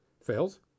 Fails